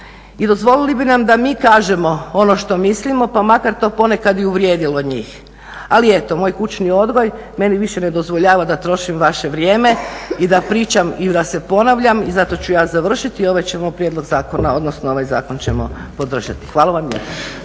i dozvolili bi nam da mi kažemo ono što mislimo pa makar to ponekad i uvrijedilo njih. Ali eto moj kućni odgoj meni više ne dozvoljava da trošim vaše vrijeme i da pričam i da se ponavljam. I zato ću ja završiti, ovaj ćemo prijedlog zakona, odnosno ovaj zakon ćemo podržati. Hvala vam